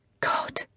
God